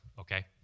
okay